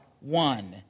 one